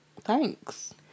thanks